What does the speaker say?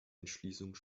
entschließung